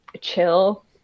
chill